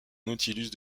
nautilus